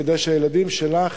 כדי שהילדים שלך